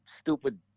stupid